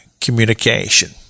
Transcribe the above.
communication